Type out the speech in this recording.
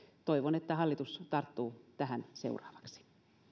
toivon että hallitus tarttuu tähän seuraavaksi